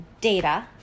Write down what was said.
data